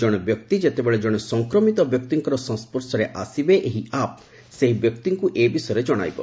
ଜଣେ ବ୍ୟକ୍ତି ଯେତେବେଳେ ଜଣେ ସଂକ୍ରମିତ ବ୍ୟକ୍ତିଙ୍କର ସଂସ୍ୱର୍ଷ ଆସିବେ ଏହି ଆପ୍ ସେହି ବ୍ୟକ୍ତିଙ୍କୁ ଏ ବିଷୟରେ ଜଣାଇବ